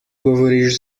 govoriš